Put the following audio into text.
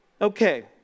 Okay